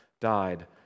died